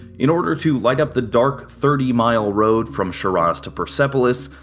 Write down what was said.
in order to light up the dark, thirty miles road from shiraz to persepolis,